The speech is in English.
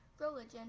religion